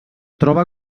troba